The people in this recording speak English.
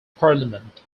parliament